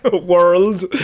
World